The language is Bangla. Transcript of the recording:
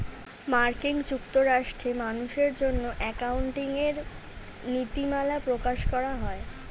মার্কিন যুক্তরাষ্ট্রে মানুষের জন্য অ্যাকাউন্টিং এর নীতিমালা প্রকাশ করা হয়